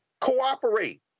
cooperate